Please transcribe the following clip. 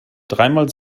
dreimal